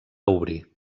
obrir